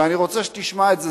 ואני רוצה שתשמע את זה,